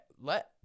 let